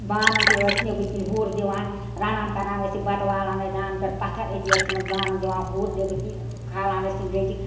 بانن تہِ ٲسۍ نیٚبٕر کِنۍ ہُر دِوان رنان کَران ٲسۍ یہِ بتہٕ والان ٲسۍ دانہٕ پٮ۪ٹھ پتھر أتی ٲسۍ تِمن بانن دِوان ہُر نیٚبٕر کِنۍ کھلان ٲسۍ تِم لیٚجہِ